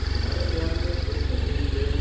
ہمارے خیال میں ایک عظیم کھیل